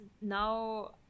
now